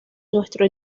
nuestro